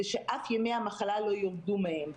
ושאף ימי המחלה לא יורדו מהם.